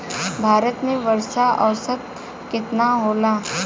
भारत में वर्षा औसतन केतना होला?